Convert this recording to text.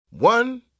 One